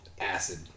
Acid